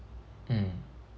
mm